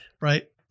right